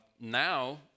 now